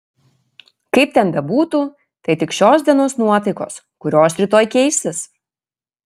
kaip ten bebūtų tai tik šios dienos nuotaikos kurios rytoj keisis